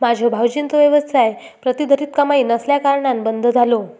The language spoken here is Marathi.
माझ्यो भावजींचो व्यापार प्रतिधरीत कमाई नसल्याकारणान बंद झालो